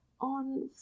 on